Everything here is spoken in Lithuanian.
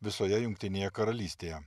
visoje jungtinėje karalystėje